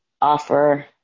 offer